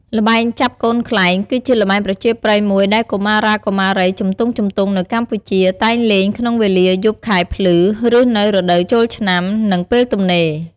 ល្បែងចាប់កូនខ្លែង គឺជាល្បែងប្រជាប្រិយមួយដែលកុមារាកុមារីជំទង់ៗនៅកម្ពុជា តែងលេងក្នុងវេលាយប់ខែភ្លឺ ឬនៅរដូវចូលឆ្នាំ និងពេលទំនេរ។